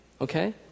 okay